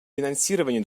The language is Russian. финансирования